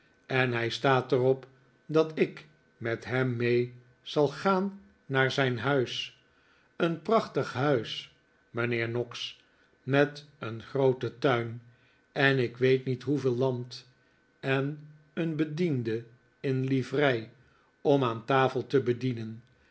en hij staat er op dat ik met hem mee zal gaan naar zijn huis een prachtig huis mijnheer noggs met een grooten tuin en ik weet niet hoeveel land en een bediende in livrei om aan tafel te bedienen